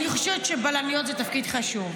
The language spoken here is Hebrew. אני חושבת שבלניות זה תפקיד חשוב,